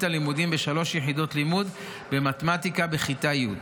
הלימודים בשלוש יחידות לימוד במתמטיקה בכיתה י'.